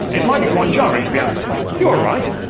it might be quite jarring to be asked you alright?